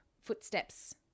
footsteps